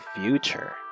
future